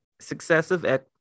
successive